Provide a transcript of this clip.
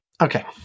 Okay